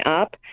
up